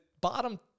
bottom